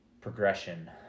progression